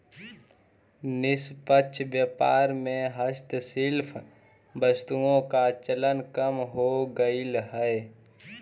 निष्पक्ष व्यापार में हस्तशिल्प वस्तुओं का चलन कम हो गईल है